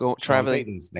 traveling